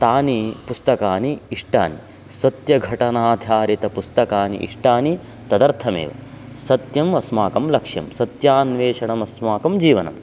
तानि पुस्तकानि इष्टानि सत्यघटनाधारितपुस्तकानि इष्टानि तदर्थमेव सत्यम् अस्माकं लक्ष्यं सत्यान्वेषणम् अस्माकं जीवनम्